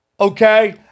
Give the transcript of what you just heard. Okay